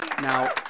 Now